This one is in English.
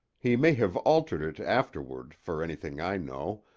he may have altered it afterward, for anything i know,